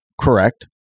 correct